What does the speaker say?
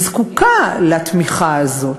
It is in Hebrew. היא זקוקה לתמיכה הזאת,